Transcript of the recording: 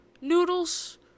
noodles